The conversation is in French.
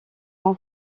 mon